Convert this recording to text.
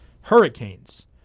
Hurricanes